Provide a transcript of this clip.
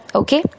okay